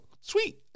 sweet